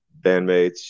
bandmates